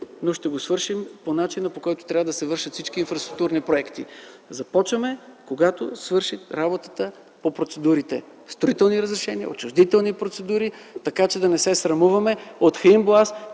но ще го свършим по начина, по който трябва да се вършат всички инфраструктурни проекти. Започваме когато свърши работата по процедурите – строителни разрешения, отчуждителни процедури, така че да не се срамуваме от Хаинбоаз,